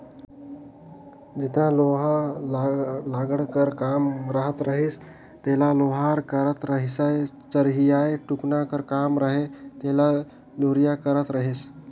जेतना लोहा लाघड़ कर काम रहत रहिस तेला लोहार करत रहिसए चरहियाए टुकना कर काम रहें तेला तुरिया करत रहिस